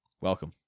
welcome